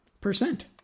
percent